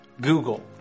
Google